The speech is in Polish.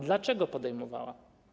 Dlaczego podejmowała?